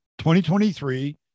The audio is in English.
2023